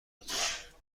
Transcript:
لطفا